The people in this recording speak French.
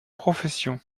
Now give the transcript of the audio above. profession